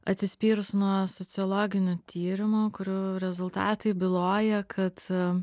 atsispyrus nuo sociologinio tyrimo kurių rezultatai byloja kad